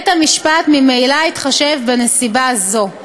בית-המשפט ממילא יתחשב בנסיבה זו.